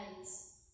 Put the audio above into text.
eyes